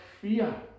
fear